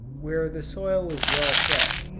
where the soil is well fed.